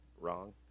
wrong